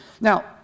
Now